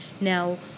Now